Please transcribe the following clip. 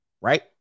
Right